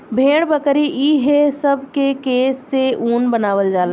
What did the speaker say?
भेड़, बकरी ई हे सब के केश से ऊन बनावल जाला